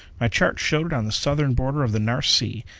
my charts showed it on the southern border of the nares sea,